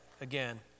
again